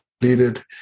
completed